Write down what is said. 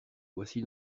voici